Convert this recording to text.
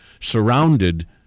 surrounded